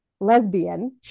lesbian